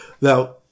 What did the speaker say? Now